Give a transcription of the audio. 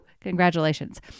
Congratulations